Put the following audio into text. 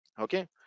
okay